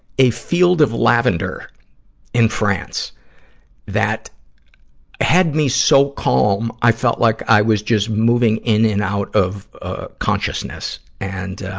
a field of lavender in france that had me so calm, i felt like i was just moving in and out of, ah, consciousness. and,